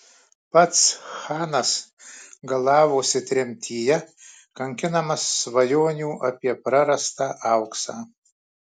pats chanas galavosi tremtyje kankinamas svajonių apie prarastą auksą